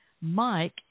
mike